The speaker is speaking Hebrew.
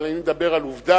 אבל אני מדבר על עובדה.